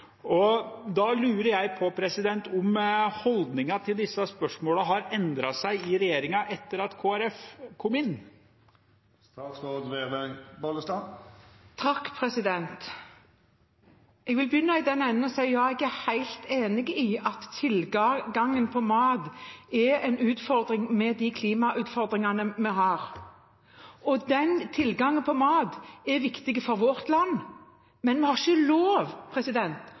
Da lurer jeg på: Har holdningen til disse spørsmålene endret seg i regjeringen etter at Kristelig Folkeparti kom inn? Jeg vil begynne i den enden at jeg sier at ja, jeg er helt enig i at tilgangen på mat er en utfordring med de klimautfordringene vi har. Tilgangen på mat er viktig for vårt land, men vi har ikke lov